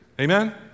Amen